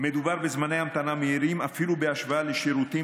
מדובר בזמני המתנה קצרים אפילו בהשוואה לשירותים